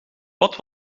wat